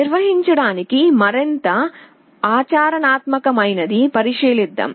నిర్మించడానికి మరింత ఆచరణాత్మకమైనదాన్ని పరిశీలిద్దాం